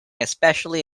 especially